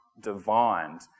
divined